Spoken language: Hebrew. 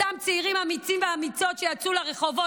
אותם צעירים אמיצים ואמיצות שיצאו לרחובות,